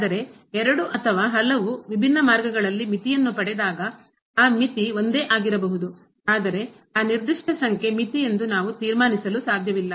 ಆದರೆ ಎರಡು ಅಥವಾ ಹಲವು ವಿಭಿನ್ನ ಮಾರ್ಗಗಳಲ್ಲಿ ಮಿತಿಯನ್ನು ಪಡೆದಾಗ ಆ ಮಿತಿ ಒಂದೇ ಆಗಿರಬಹುದು ಆದರೆ ಆ ನಿರ್ದಿಷ್ಟ ಸಂಖ್ಯೆ ಮಿತಿ ಎಂದು ನಾವು ತೀರ್ಮಾನಿಸಲು ಸಾಧ್ಯವಿಲ್ಲ